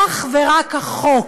אך ורק החוק.